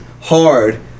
hard